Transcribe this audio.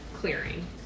clearing